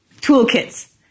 toolkits